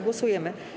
Głosujemy.